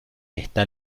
está